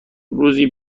روزی